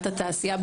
התעשייה.